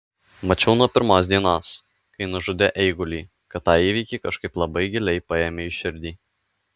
mačiau nuo pirmos dienos kai nužudė eigulį kad tą įvykį kažkaip labai giliai paėmei į širdį